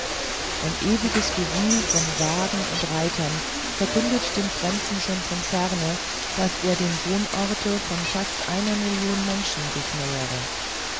ein ewiges gewühl von wagen und reitern verkündigt dem fremden schon von ferne daß er dem wohnorte von fast einer million menschen sich nähere